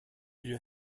you